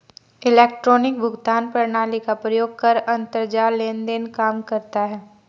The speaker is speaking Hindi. इलेक्ट्रॉनिक भुगतान प्रणाली का प्रयोग कर अंतरजाल लेन देन काम करता है